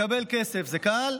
לקבל כסף זה קל,